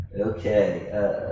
okay